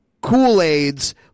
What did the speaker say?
Kool-Aids